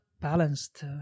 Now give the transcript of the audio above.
balanced